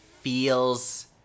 feels